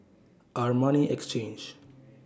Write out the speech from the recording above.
Armani Exchange